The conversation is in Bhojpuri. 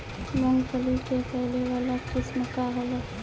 मूँगफली के फैले वाला किस्म का होला?